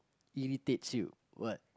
irritates you what